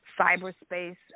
Cyberspace